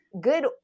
good